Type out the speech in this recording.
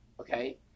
Okay